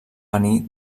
venir